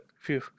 Phew